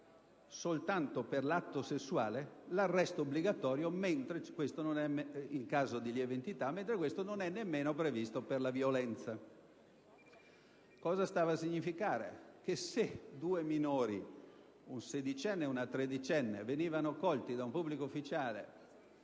soltanto per l'atto sessuale, in caso di lieve entità, mentre questo non è previsto per la violenza. Cosa stava a significare? Che se due minori, ad esempio un sedicenne e una tredicenne, venivano colti da un pubblico ufficiale